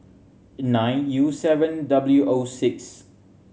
nine U seven W O six